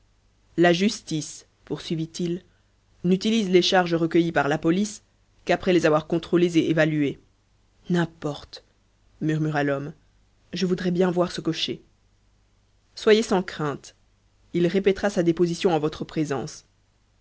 la justice poursuivit-il n'utilise les charges recueillies par la police qu'après les avoir contrôlées et évaluées n'importe murmura l'homme je voudrais bien voir ce cocher soyez sans crainte il répétera sa déposition en votre présence